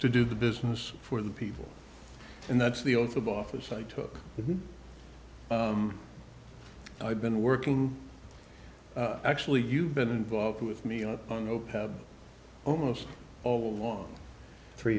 to do the business for the people and that's the oath of office i took i've been working actually you've been involved with me on on opeth almost all along three